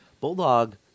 Bulldog